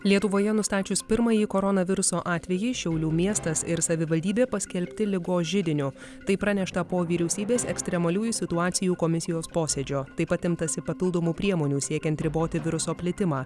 lietuvoje nustačius pirmąjį koronaviruso atvejį šiaulių miestas ir savivaldybė paskelbti ligos židiniu tai pranešta po vyriausybės ekstremaliųjų situacijų komisijos posėdžio taip pat imtasi papildomų priemonių siekiant riboti viruso plitimą